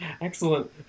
Excellent